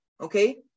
okay